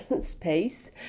space